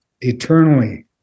eternally